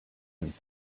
went